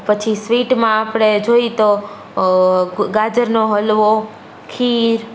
પછી સ્વીટમાં આપણે જોઈ તો ગાજરનો હલવો ખીર